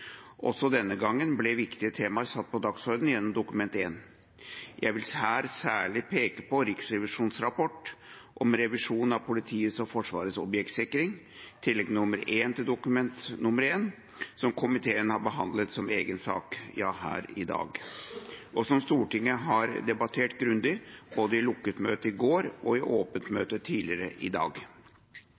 Også denne gangen ble viktige temaer satt på dagsordenen gjennom Dokument 1. Jeg vil her særlig peke på Riksrevisjonens rapport om revisjon av politiets og Forsvarets objektsikring – tillegg nr. 1 til Dokument 1, som komiteen har behandlet som egen sak her i dag, og som Stortinget har debattert grundig, både i lukket møte i går og i åpent møte tidligere i dag.